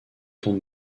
tombe